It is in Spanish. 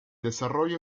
desarrollo